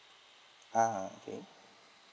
uh okay